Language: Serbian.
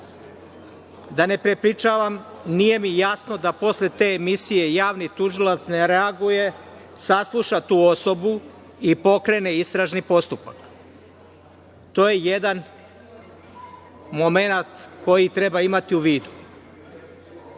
da ne prepričavam. Nije mi jasno da posle te emisije javni tužilac ne reaguje, sasluša tu osobu i pokrene istražni postupak. To je jedan momenat koji treba imati u vidu. Ne